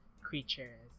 creatures